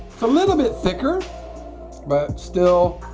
it's a little bit thicker but still